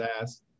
ass